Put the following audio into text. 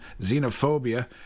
xenophobia